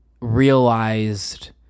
realized